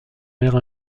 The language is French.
mère